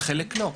וחלק לא.